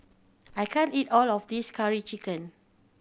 I can't eat all of this Curry Chicken